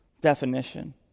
definition